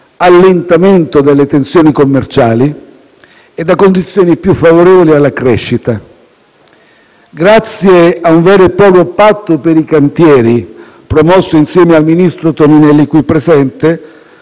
allentamento delle tensioni commerciali e da condizioni più favorevoli alla crescita. Grazie a un vero e proprio Patto per i cantieri, promosso insieme al ministro Toninelli qui presente